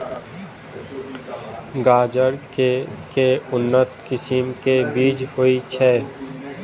गाजर केँ के उन्नत किसिम केँ बीज होइ छैय?